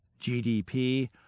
GDP